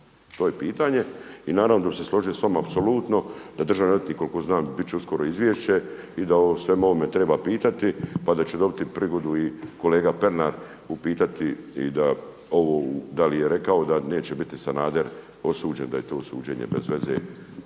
To je pitanje. I naravno da bih se složio s vama apsolutno da državni odvjetnik, koliko znam bit će uskoro izvješće i da o ovome svemu treba pitati, pa da ću dobiti prigodu i kolega Pernar upitati i da ovo da li je rekao da neće biti Sanader osuđen da je to suđenje bez veze,